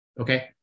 okay